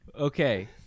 okay